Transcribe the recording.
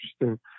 interesting